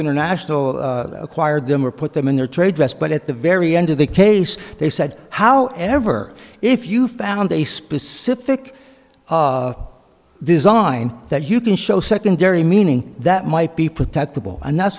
international acquired them or put them in their trade dress but at the very end of the case they said how ever if you found a specific design that you can show secondary meaning that might be protectable and that's